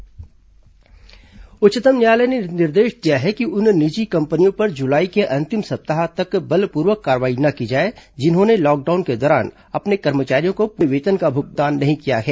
supreme court निजी company उच्चतम न्यायालय ने निर्देधा दिया है कि उन निजी कंपनियों पर जुलाई के अंतिम सप्ताह तक बलपूर्वक कार्रवाई न की जाए जिन्होंने लॉकडाउन के दौरान अपने कर्मचारियों को पूरे वेतन का भुगतान नहीं किया है